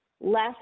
less